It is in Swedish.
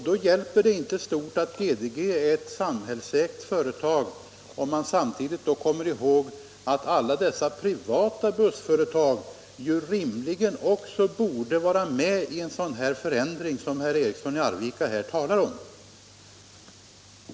Det hjälper inte stort att GDG är ett samhällsägt företag om inte alla dessa privata bussföretag kommer med i en sådan förändring som herr Eriksson i Arvika talar om.